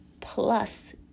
plus